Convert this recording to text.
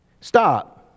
Stop